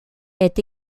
est